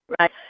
Right